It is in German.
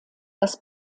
das